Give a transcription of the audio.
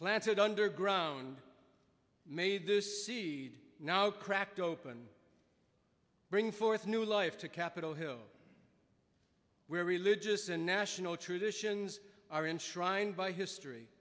planted underground made this seed now cracked open bring forth new life to capitol hill where religious and national traditions are enshrined by history